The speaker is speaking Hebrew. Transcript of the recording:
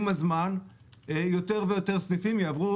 עם הזמן יותר ויותר סניפים יעברו,